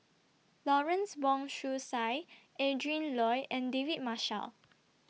Lawrence Wong Shyun Tsai Adrin Loi and David Marshall